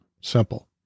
Simple